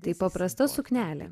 tai paprasta suknelė